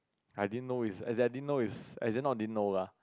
I didn't know is I didn't know is as in not didn't know [la]